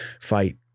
fight